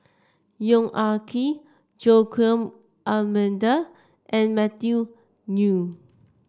Yong Ah Kee Joaquim D'Almeida and Matthew Ngui